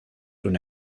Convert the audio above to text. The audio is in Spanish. una